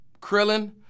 Krillin